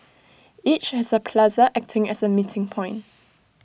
each has A plaza acting as A meeting point